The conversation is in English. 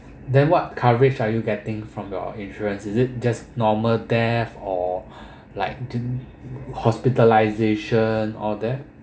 then what coverage are you getting from your insurance is it just normal death or like hospitalisation all that